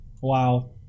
Wow